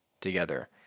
together